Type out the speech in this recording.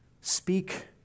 speak